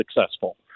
successful